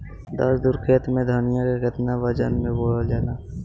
दस धुर खेत में धनिया के केतना वजन मे बोवल जाला?